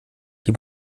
die